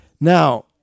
Now